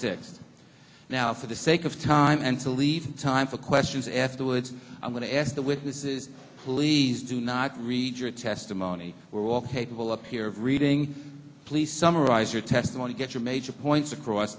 sixth now for the sake of time and to leave time for questions afterwards i'm going to ask the witnesses please do not read your testimony we're all capable up here of reading please summarize your testimony get your major points across